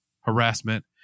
harassment